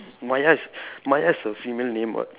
Maya is Maya is a female name what